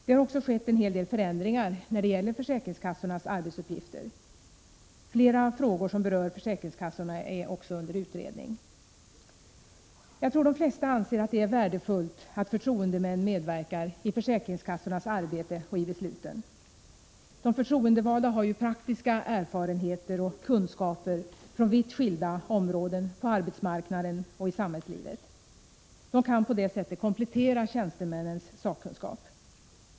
Det har också skett en hel del förändringar när det gäller försäkringskassornas arbetsuppgifter. Flera frågor som berör försäkringskassorna är under utredning. Jag tror att de flesta anser att det är värdefullt att förtroendemän medverkar i försäkringskassornas arbete och i besluten. De förtroendevalda har ju praktiska erfarenheter och kunskaper från vitt skilda områden på arbetsmarknaden och i samhällslivet. De kan på det sättet komplettera tjänstemännens sakkunskap.